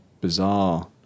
bizarre